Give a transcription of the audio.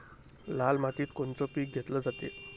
लाल मातीत कोनचं पीक घेतलं जाते?